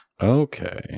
Okay